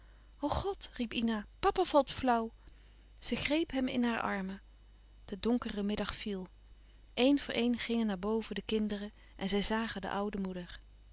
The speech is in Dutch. riep ina papa valt flauw zij greep hem in haar armen de donkere middag viel een voor een gingen naar boven de kinderen en zij zagen de oude moeder